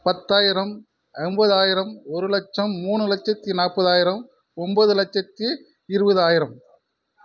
பத்தாயிரம் ஒம்பதாயிரம் ஒரு லட்சம் மூணு லட்சத்தி நாற்பதாயிரம் ஒம்பது லட்சத்தி இருபதாயிரம்